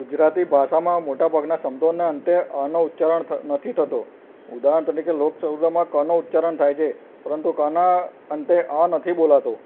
ગુજરાતી ભાષામાં મોટેભાગના શબ્દોને અંતે અ નો ઉચ્ચારણ નથી થતો ઉદાહરણ તરીકે લોકસમુદાયમાં ક નો ઉચ્ચારણ થાય છે પરંતુ ક ના અંતે અ નથી બોલાતો